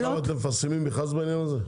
עכשיו אתם מפרסמים מכרז בעניין הזה?